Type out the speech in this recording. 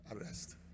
Arrest